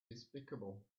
despicable